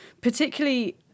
particularly